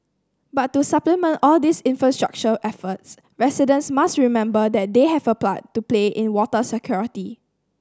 but to supplement all these infrastructure efforts residents must remember that they have a plan to play in water security